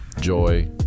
joy